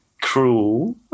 cruel